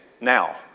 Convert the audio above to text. now